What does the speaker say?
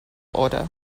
order